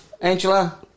Angela